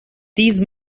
these